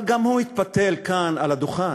אבל גם הוא התפתל כאן על הדוכן.